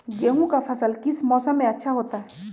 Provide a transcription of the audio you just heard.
गेंहू का फसल किस मौसम में अच्छा होता है?